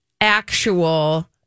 actual